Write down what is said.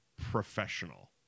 professional